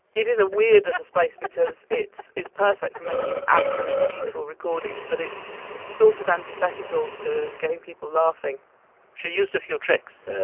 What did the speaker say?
it is a weird little space because it's it's perfect for making absolutely beautiful recordings, but it's sort of antithetical to getting people laughing she used a few tricks.